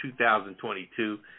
2022